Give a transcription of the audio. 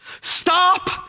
stop